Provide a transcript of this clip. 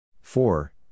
Four